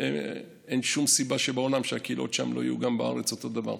אין שום סיבה שבעולם שהקהילות שם לא יהיו גם בארץ אותו דבר.